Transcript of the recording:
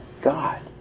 God